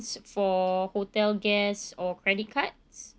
for hotel guests or credit cards